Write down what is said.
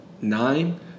nine